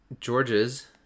George's